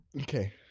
okay